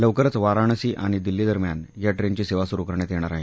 लवकरच वाराणसी आणि दिल्लीदरम्यान या ट्रेनची सेवा सुरू करण्यात येणार आहे